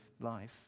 life